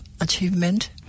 achievement